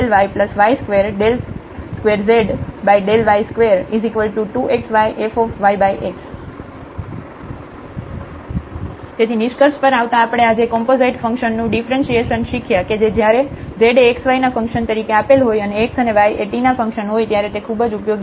x22zx22xy2z∂x∂yy22zy22 xy fyx તેથી નિસ્કર્ષ પર આવતા આપણે આજે કોમ્પોઝાઈટ ફંક્શન નું ડિફ્રન્સિએસન શીખ્યા કે જે જયારે z એ x y ના ફંક્શન તરીકે આપેલ હોય અને x અને y એ t ના ફંક્શન હોય ત્યારે તે ખુબજ ઉપયોગી છે